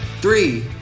Three